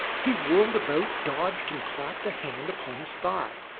he whirled about, dodged, and clapped a hand upon his thigh.